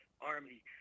Army